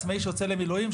עצמאי שיוצא למילואים,